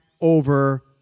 over